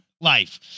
life